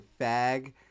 fag